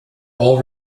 all